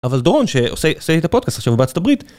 אבל דורון שעושה את הפודקאסט עכשיו בארצות הברית